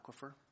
aquifer